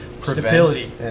stability